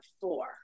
four